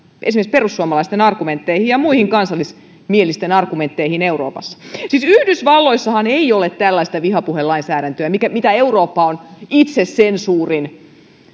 esimerkiksi perussuomalaisten argumentteihin ja muihin kansallismielisten argumentteihin euroopassa siis yhdysvalloissahan ei ole tällaista vihapuhelainsäädäntöä mitä eurooppa on itsesensuurin